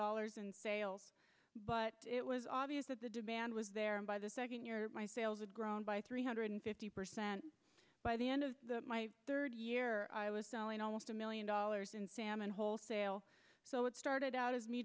dollars in sales but it was obvious that the demand was there and by the second you're my sales have grown by three hundred fifty percent by the end of my third year i was selling almost a million dollars in salmon wholesale so what started out as me